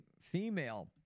female